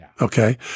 Okay